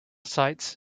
sites